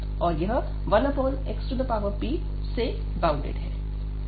और यह 1xpबाउंडेड है